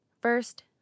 First